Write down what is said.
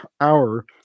hour